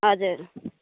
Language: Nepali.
हजुर